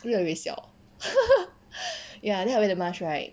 越来越小 ya then I wear the mask right